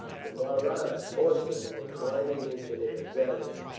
the mahratta horsemen were climbing into their saddles,